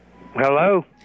Hello